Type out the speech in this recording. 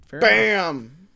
bam